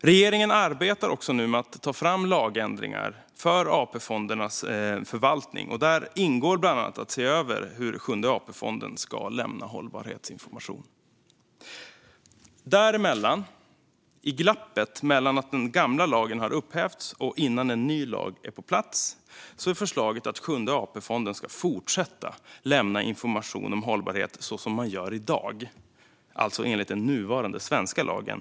Regeringen arbetar också nu med att ta fram en lagändring för AP-fondernas förvaltning. Där ingår bland annat att se över hur Sjunde AP-fonden ska lämna hållbarhetsinformation. Däremellan, i glappet mellan att den gamla lagen har upphävts och innan en ny lag är på plats, är förslaget att Sjunde AP-fonden ska fortsätta att lämna information om hållbarhet så som man gör i dag, alltså enligt den nuvarande svenska lagen.